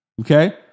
okay